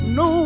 no